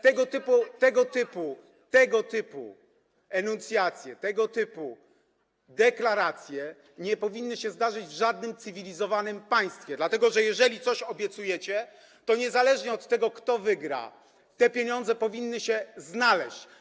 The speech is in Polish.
Tego typu enuncjacje, tego typu deklaracje nie powinny się zdarzyć w żadnym cywilizowanym państwie, dlatego że jeżeli coś obiecujecie, to niezależnie od tego, kto wygra, te pieniądze powinny się znaleźć.